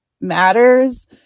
matters